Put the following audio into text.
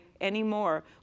anymore